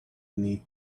need